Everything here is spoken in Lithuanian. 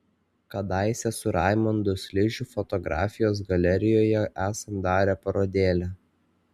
kadaise su raimundu sližiu fotografijos galerijoje esam darę parodėlę